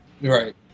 Right